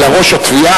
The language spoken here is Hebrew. אלא ראש התביעה,